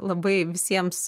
labai visiems